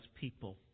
people